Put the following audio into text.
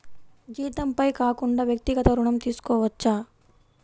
జీతంపై కాకుండా వ్యక్తిగత ఋణం తీసుకోవచ్చా?